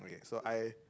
so I